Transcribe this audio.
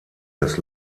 des